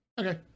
Okay